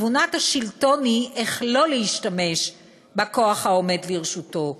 תבונת השלטון היא איך לא להשתמש בכוח העומד לרשותו.